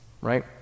right